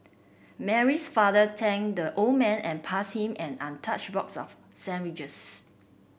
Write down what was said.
Mary's father thanked the old man and passed him an untouched box of sandwiches